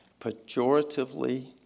pejoratively